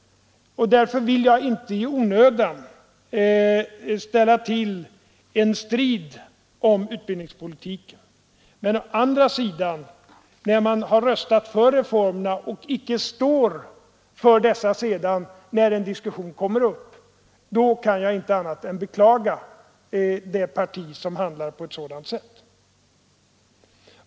Därför vill jag inte i onödan dra upp en strid om utbildningspolitiken. Men jag kan å andra sidan inte annat än beklaga ett parti som först röstar för reformerna och sedan icke står för detta när det blir diskussion.